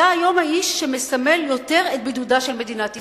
אתה היום האיש שמסמל יותר את בידודה של מדינת ישראל.